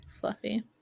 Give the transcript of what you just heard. fluffy